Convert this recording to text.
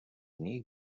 nich